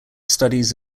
studies